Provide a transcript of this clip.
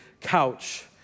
couch